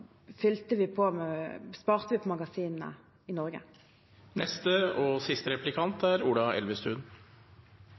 da vi importerte rimeligere kraft fra utlandet, sparte vi på magasinene i Norge.